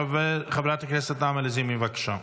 חברת הכנסת נעמה לזימי, בבקשה.